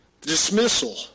Dismissal